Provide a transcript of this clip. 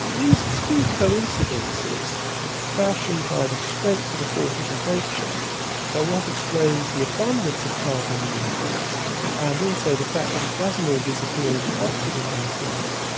these to coincidences fashioned by the strength of the forces of nature are what explains the abundance of carbon in the universe and also the fact that it doesn't all disappear into oxygen very quickly.